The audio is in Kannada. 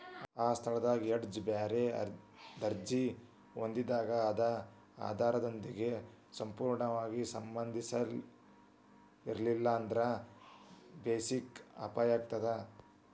ಆ ಸ್ಥಳದಾಗ್ ಹೆಡ್ಜ್ ಬ್ಯಾರೆ ದರ್ಜಿ ಹೊಂದಿದಾಗ್ ಅದ ಆಧಾರದೊಂದಿಗೆ ಸಂಪೂರ್ಣವಾಗಿ ಸಂಬಂಧಿಸಿರ್ಲಿಲ್ಲಾಂದ್ರ ಬೆಸಿಕ್ ಅಪಾಯಾಕ್ಕತಿ